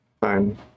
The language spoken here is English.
Fine